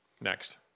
Next